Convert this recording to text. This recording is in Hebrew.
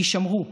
יישמרו.